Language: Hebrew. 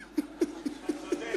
אתה צודק.